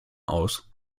aus